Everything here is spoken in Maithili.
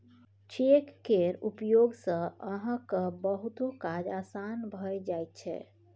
चेक केर उपयोग सँ अहाँक बहुतो काज आसान भए जाइत छै